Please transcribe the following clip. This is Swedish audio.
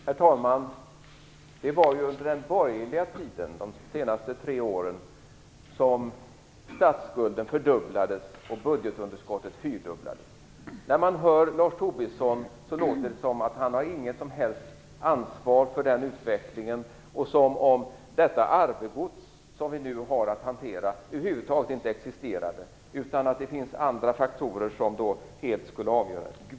Herr talman! Det var ju under den borgerliga regeringstiden, de senaste tre åren, som statsskulden fördubblades och budgetunderskottet fyrdubblades. När man hör Lars Tobisson låter det som om han inte har något som helst ansvar för den utvecklingen och som om detta arvegods som vi nu har att hantera över huvud taget inte existera utan att det är andra faktorer som skulle vara helt avgörande.